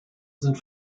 sind